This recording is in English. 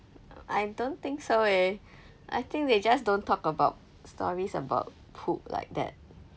I don't think so leh I think they just don't talk about stories about poop like that